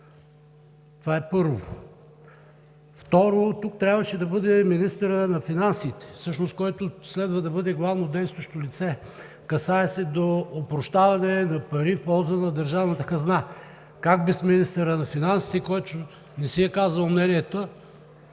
часа. Второ, тук трябваше да бъде министърът на финансите, който следва да бъде главно действащо лице – касае се до опрощаване на пари в полза на държавната хазна. Как без министъра на финансите, който не си е казал мнението,